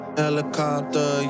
helicopter